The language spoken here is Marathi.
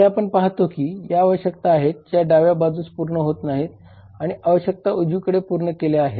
येथे आपण पाहतो की या आवश्यकता आहेत ज्या डाव्या बाजूस पूर्ण होत नाहीत आणि आवश्यकता उजवीकडे पूर्ण केल्या आहेत